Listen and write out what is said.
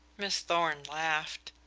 miss thorn laughed.